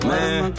Man